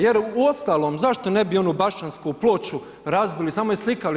Jer uostalom zašto ne bi onu Bašćansku ploču razbili, samo je slikali.